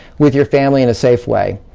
with your family, in a safe way.